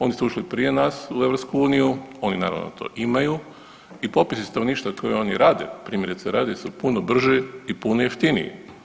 Oni su ušli prije nas u EU, oni naravno to imaju i popisi stanovništva koje oni rade primjerice radovi se puno brži i puno jeftiniji.